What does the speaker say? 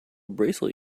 bracelet